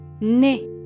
ne